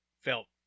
felt